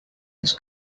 his